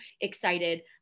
excited